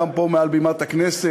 גם פה מעל בימת הכנסת,